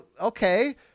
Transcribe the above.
Okay